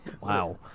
Wow